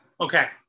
Okay